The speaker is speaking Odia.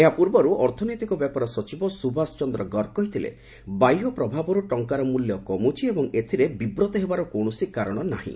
ଏହାପୂର୍ବରୁ ଅର୍ଥନୈତିକ ବ୍ୟାପାର ସଚିବ ସୁଭାଷ ଚନ୍ଦ୍ର ଗର୍ଗ କହିଥିଲେ ବାହ୍ୟ ପ୍ରଭାବରୁ ଟଙ୍କାର ମୂଲ୍ୟ କମୁଛି ଏବଂ ଏଥିରେ ବିବ୍ରତ ହେବାର କୌଣସି କାରଣ ନାହିଁ